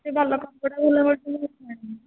ସେ ଭଲ କପଡ଼ା ଭଲ ମିଳୁଛି ମୁଁ ସେଇଠୁ ଆଣିବି